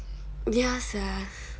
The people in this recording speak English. ya sia